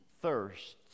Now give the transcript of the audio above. thirsts